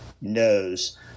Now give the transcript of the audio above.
knows